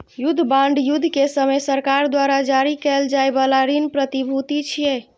युद्ध बांड युद्ध के समय सरकार द्वारा जारी कैल जाइ बला ऋण प्रतिभूति छियै